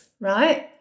right